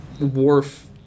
Worf